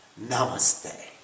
Namaste